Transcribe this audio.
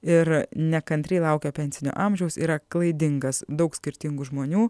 ir nekantriai laukia pensinio amžiaus yra klaidingas daug skirtingų žmonių